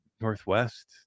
Northwest